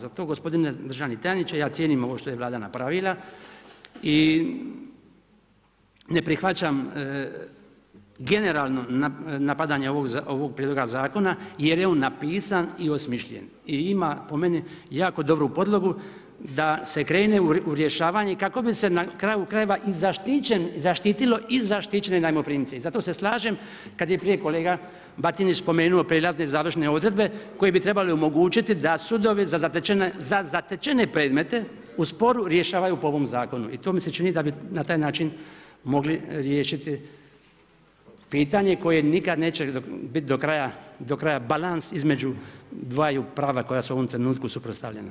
Zato gospodine državni tajniče, ja cijenim ovo što je Vladan napravila i ne prihvaćam generalno napadanje ovoga prijedloga zakona jer je on napisan i osmišljen i ima po meni jako dobru podlogu da se krene u rješavanje kako bi se na kraju krajeva i zaštitilo i zaštićene najmoprimce i zato se slažem kad je prije kolega Batinić spomenuo prijelazne i završne odredbe koje bi trebale omogućiti da sudovi za zatečene predmete u sporu, rješavaju po ovom zakonu i to mi se čini da bi na taj način mogli riješiti pitanje koje nikad neće biti do kraja balans između dvaju prava koja su ovom trenutku suprotstavljena.